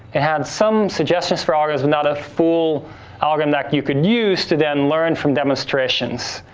it had some suggestions for algorithms. not a full algorithm that you could use to then learn from demonstrations.